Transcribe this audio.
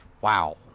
Wow